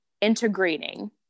integrating